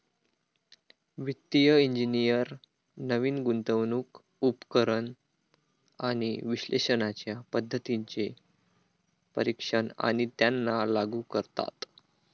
वित्तिय इंजिनियर नवीन गुंतवणूक उपकरण आणि विश्लेषणाच्या पद्धतींचे परीक्षण आणि त्यांना लागू करतात